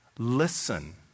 Listen